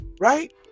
Right